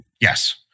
Yes